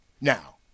Now